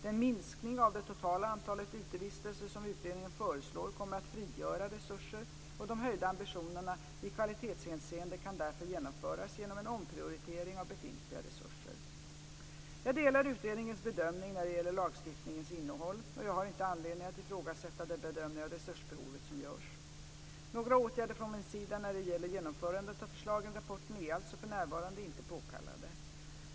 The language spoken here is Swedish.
Den minskning av det totala antalet utevistelser som utredningen föreslår kommer att frigöra resurser, och de höjda ambitionerna i kvalitetshänseende kan därför genomföras genom en omprioritering av befintliga resurser. Jag delar utredningens bedömning när det gäller lagstiftningens innehåll, och jag har inte anledning att ifrågasätta den bedömning av resursbehovet som görs. Några åtgärder från min sida när det gäller genomförandet av förslagen i rapporten är alltså för närvarande inte påkallade.